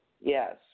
Yes